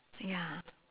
ya